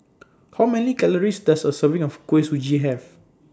How Many Calories Does A Serving of Kuih Suji Have